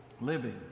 living